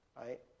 right